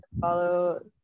follow